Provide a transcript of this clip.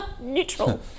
Neutral